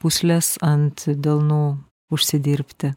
pūsles ant delnų užsidirbti